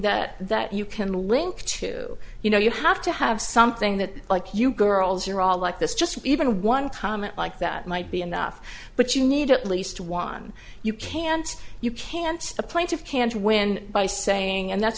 that that you can link to you know you have to have something that you girls you're all like this just even one comment like that might be enough but you need at least one you can't you can't the plaintiff can't win by saying and that's